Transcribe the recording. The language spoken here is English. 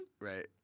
right